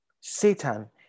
Satan